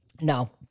No